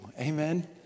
Amen